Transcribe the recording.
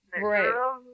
Right